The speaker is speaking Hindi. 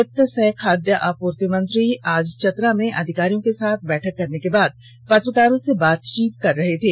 वित सह खाद्य आपूर्ति मंत्री आज चतरा में अधिकारियों के साथ बैठक करने के बाद पत्रकारों से बातचीत कर रहे थे